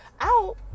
out